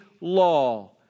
law